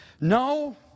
No